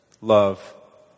love